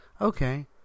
okay